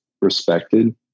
respected